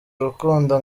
urukundo